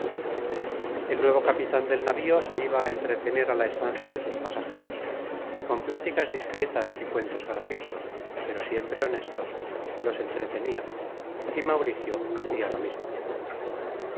el nuevo capitan del navío se iba á entretener a la estancia de sus pasajeros y con un content from google book search generated at pláticas discretas y cuentos graciosos pero siempre honestos los entretenia y mauricio hacia lo mismo